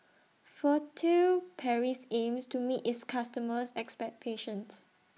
Furtere Paris aims to meet its customers' expectations